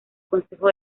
consejo